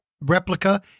replica